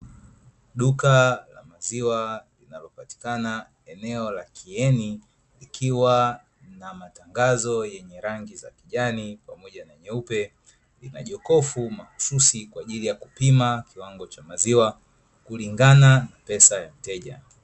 Duka la maziwa linalopatikana eneo la kieni, likiwa na matangazo yenye rangi za kijani pamoja na nyeupe lina jokofu mahususi kwa ajili ya kupima kiwango cha maziwa kulingana na pesa ya mteja.